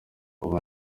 ubu